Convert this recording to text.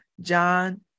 John